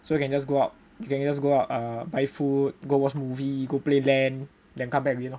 so you can just go out you can you can just go out to buy food go watch movie go play LAN then come back again lor